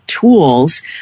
tools